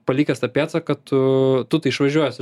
palikęs tą pėdsaką tu tu tai išvažiuosi